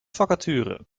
vacature